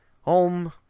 Home